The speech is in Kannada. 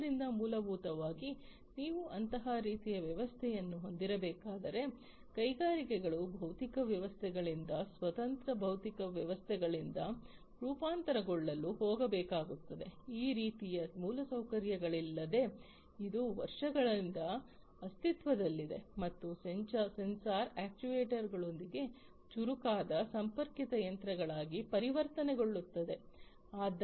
ಆದ್ದರಿಂದ ಮೂಲಭೂತವಾಗಿ ನೀವು ಅಂತಹ ರೀತಿಯ ವ್ಯವಸ್ಥೆಯನ್ನು ಹೊಂದಬೇಕಾದರೆ ಕೈಗಾರಿಕೆಗಳು ಭೌತಿಕ ವ್ಯವಸ್ಥೆಗಳಿಂದ ಸ್ವತಂತ್ರ ಭೌತಿಕ ವ್ಯವಸ್ಥೆಗಳಿಂದ ರೂಪಾಂತರಗೊಳ್ಳಲು ಹೋಗಬೇಕಾಗುತ್ತದೆ ಈ ರೀತಿಯ ಮೂಲಸೌಕರ್ಯಗಳಿಲ್ಲದೆ ಇದು ವರ್ಷಗಳಿಂದ ಅಸ್ತಿತ್ವದಲ್ಲಿದೆ ಮತ್ತು ಸೆನ್ಸಾರ್ಗಳು ಅಕ್ಚುಯೆಟರ್ಸ್ಗಳೊಂದಿಗೆ ಚುರುಕಾದ ಸಂಪರ್ಕಿತ ಯಂತ್ರಗಳಾಗಿ ಪರಿವರ್ತನೆಗೊಳ್ಳುತ್ತದೆ